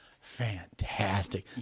fantastic